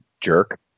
jerk